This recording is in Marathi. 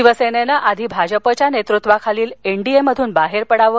शिवसेनेनं आधी भाजपच्या नेतृत्वाखालील एन डी ए मधून बाहेर पडावं